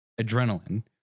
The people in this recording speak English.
adrenaline